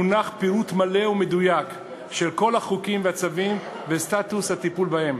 מונח פירוט מלא ומדויק של כל החוקים והצווים וסטטוס הטיפול בהם,